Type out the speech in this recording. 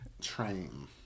train